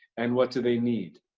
and, what do they need?